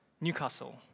Newcastle